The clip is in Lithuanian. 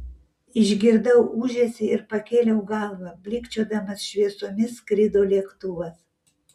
išgirdau ūžesį ir pakėliau galvą blykčiodamas šviesomis skrido lėktuvas